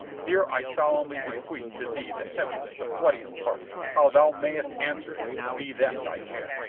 here i solemnly bequeath to thee the heaviest, the bloodiest part how thou mayst answer it be that thy care!